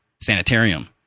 sanitarium